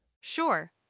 Sure